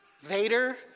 Vader